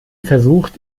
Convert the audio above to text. versucht